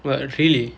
!wah! really